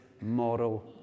moral